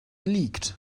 liegt